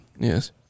Yes